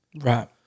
Right